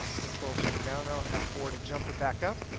control-shift, down. ah f four to jump it back up.